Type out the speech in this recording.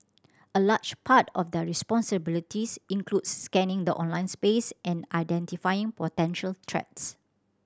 a large part of their responsibilities includes scanning the online space and identifying potential threats